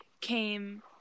came